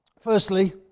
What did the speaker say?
firstly